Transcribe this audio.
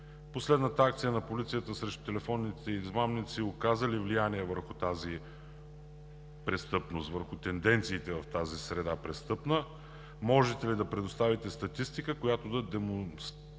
Последната акция на полицията срещу телефонните измамници оказа ли влияние върху тенденциите в тази престъпна среда? Можете ли да предоставите статистика, която да демонстрира